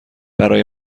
برای